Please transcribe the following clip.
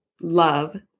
love